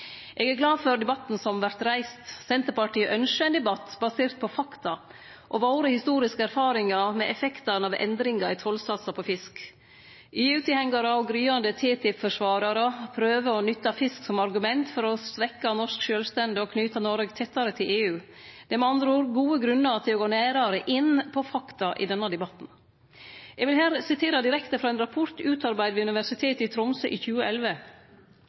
Eg er glad for debatten som vert reist. Senterpartiet ønskjer ein debatt basert på fakta og våre historiske erfaringar med effektane av endringar i tollsatsar på fisk. EU-tilhengarar og gryande TTIP-forsvararar prøver å nytte fisk som argument for å svekkje norsk sjølvstende og knyte Noreg tettare til EU. Det er med andre ord gode grunnar til å gå nærare inn på fakta i denne debatten. Eg vil her sitere direkte frå ein rapport, utarbeidd ved Universitetet i Tromsø i 2011: